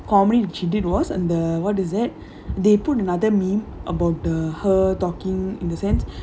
comedy she did was and the what is that they put another meme about the her talking in the sense